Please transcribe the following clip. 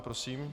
Prosím.